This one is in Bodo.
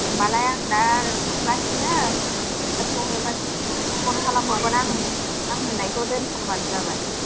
होमबालाय आं दा थांगासिनो दा सहैबा फन खालामहरगोन आं आं होन्नायखौ दोनथारबानो जाबाय